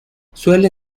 suele